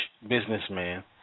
businessman